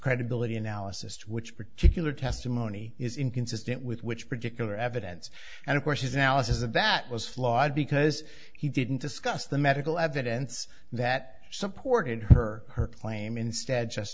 credibility analysis which particular testimony is inconsistent with which particular evidence and of course his analysis of that was flawed because he didn't discuss the medical evidence that some portrayed her her claim instead just